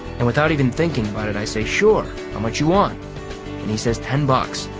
and without even thinking about it, i say sure, how much you want? and he says ten bucks,